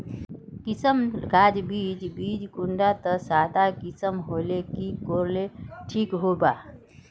किसम गाज बीज बीज कुंडा त सादा किसम होले की कोर ले ठीक होबा?